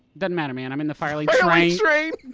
doesn't matter, man, i'm in the fire link shrain.